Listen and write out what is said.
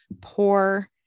poor